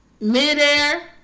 midair